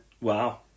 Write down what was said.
Wow